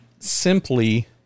simply